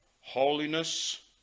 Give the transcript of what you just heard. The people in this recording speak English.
holiness